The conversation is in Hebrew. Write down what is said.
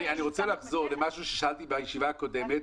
אני רוצה לחזור למשהו ששאלתי בישיבה הקודמת,